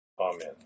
Amen